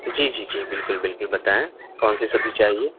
جی جی جی بالکل بالکل بتائیں کون سی سبزی چاہیے